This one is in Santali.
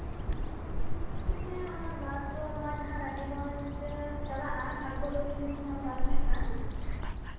ᱦᱮᱸ ᱚᱱᱟ ᱵᱟᱥ ᱫᱚ ᱱᱚᱜᱼᱚᱭ ᱨᱟᱱᱤᱜᱚᱧ ᱪᱟᱞᱟᱜᱼᱟ ᱵᱷᱟᱜᱜᱚ ᱞᱚᱠᱠᱷᱤ ᱧᱩᱛᱩᱢᱟᱱ ᱵᱟᱥ ᱢᱤᱫᱴᱟᱱ